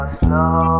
slow